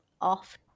off